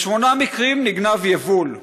בשמונה מקרים נגנב יבול וכמובן,